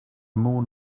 moon